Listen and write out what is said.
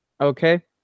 okay